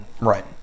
right